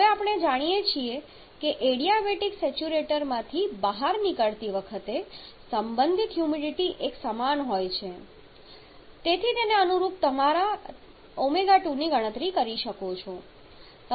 હવે આપણે જાણીએ છીએ કે એડીયાબેટિક સેચ્યુરેટરમાંથી બહાર નીકળતી વખતે સંબંધિત હ્યુમિડિટી એક સમાન હોય છે તેથી તેને અનુરૂપ તમે તમારા ω2 ની ગણતરી કરી શકો છો